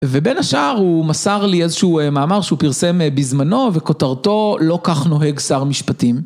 ובין השאר הוא מסר לי איזשהו מאמר שהוא פרסם בזמנו וכותרתו לא כך נוהג שר משפטים.